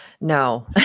No